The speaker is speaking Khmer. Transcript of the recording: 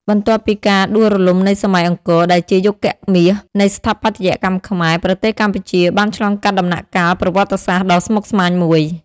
បន្ទាប់ពីការដួលរលំនៃសម័យអង្គរ ដែលជាយុគមាសនៃស្ថាបត្យកម្មខ្មែរ ប្រទេសកម្ពុជាបានឆ្លងកាត់ដំណាក់កាលប្រវត្តិសាស្ត្រដ៏ស្មុគស្មាញមួយ។